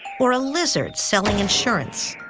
or a lizard selling insurance,